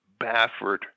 Baffert